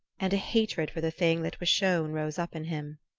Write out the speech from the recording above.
and a hatred for the thing that was shown rose up in him.